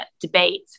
debate